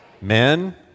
men